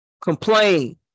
complain